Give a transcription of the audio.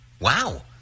Wow